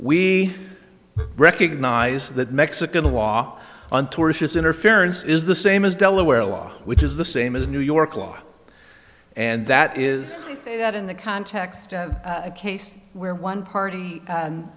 we recognize that mexican law on tortious interference is the same as delaware law which is the same as new york law and that is i say that in the context of a case where one party